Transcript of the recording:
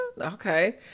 Okay